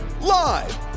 Live